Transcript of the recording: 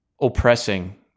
oppressing